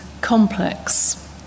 complex